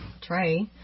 Trey